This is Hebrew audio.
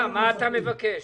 מה אתה מבקש?